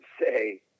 say